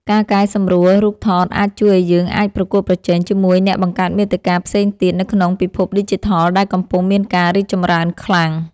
ការកែសម្រួលរូបថតអាចជួយឱ្យយើងអាចប្រកួតប្រជែងជាមួយអ្នកបង្កើតមាតិកាផ្សេងទៀតនៅក្នុងពិភពឌីជីថលដែលកំពុងមានការរីកចម្រើនខ្លាំង។